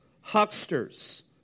hucksters